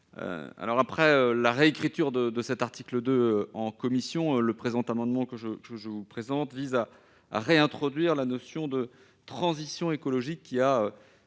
Après la réécriture de cet article en commission, le présent amendement vise à réintroduire la notion de transition écologique, qui a